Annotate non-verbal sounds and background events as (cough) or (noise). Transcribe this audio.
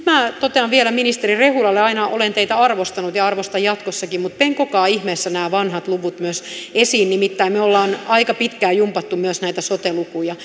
(unintelligible) minä totean vielä ministeri rehulalle aina olen teitä arvostanut ja arvostan jatkossakin mutta penkokaa ihmeessä nämä vanhat luvut myös esiin nimittäin me olemme aika pitkään jumpanneet myös näitä sote lukuja (unintelligible)